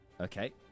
Okay